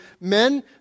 men